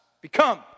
become